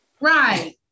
Right